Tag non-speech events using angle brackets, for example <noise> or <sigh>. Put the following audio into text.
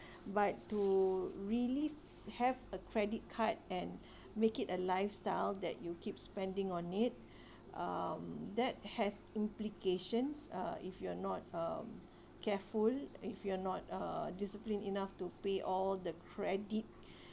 <breath> but to really s~ have a credit card and <breath> make it a lifestyle that you keep spending on it <breath> um that has implications uh if you're not um careful if you're not uh disciplined enough to pay all the credit <breath>